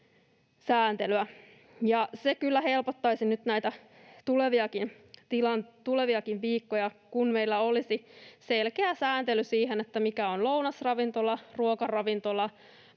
se kyllä helpottaisi nyt näitä tuleviakin viikkoja, kun meillä olisi selkeä sääntely siihen, mikä on lounasravintola, ruokaravintola,